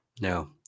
No